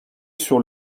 sur